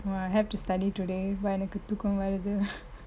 !wah! I have to study today !wah! எனக்கு தூக்க வருது:enakku thooka varuthu